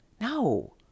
No